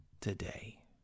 today